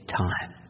time